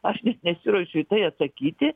aš nesiruošiu atsakyti